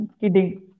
kidding